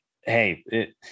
hey